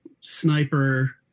sniper